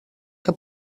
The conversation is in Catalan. que